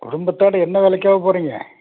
குடும்பத்தோடு என்ன வேலைக்காக போகிறீங்க